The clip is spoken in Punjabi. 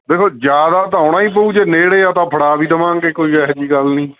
ਦੇਖੋ ਜ਼ਿਆਦਾ ਤਾਂ ਆਉਣਾ ਹੀ ਪਊ ਜੇ ਨੇੜੇ ਆ ਤਾਂ ਫੜ੍ਹਾ ਵੀ ਦੇਵਾਂਗੇ ਕੋਈ ਇਹੋ ਜਿਹੀ ਗੱਲ ਨਹੀਂ